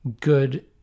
good